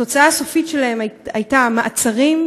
התוצאה הסופית שלהן הייתה מעצרים,